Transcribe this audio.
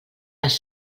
les